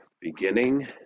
beginning